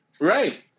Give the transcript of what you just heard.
right